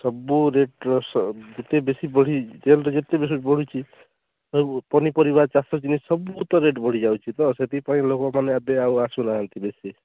ସବୁ ରେଟ୍ର ଯେତେ ବେଶୀ ବଢ଼ି ତେଲ ଯେତେ ବେଶୀ ବଢ଼ୁଛି ସବୁ ପନିପରିବା ଚାଷ ଜିନିଷ ସବୁ ତ ରେଟ୍ ବଢ଼ି ଯାଉଛି ତ ସେଥିପାଇଁ ଲୋକମାନେ ଏବେ ଆଉ ଆସୁ ନାହାନ୍ତି ବେଶୀ